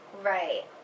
Right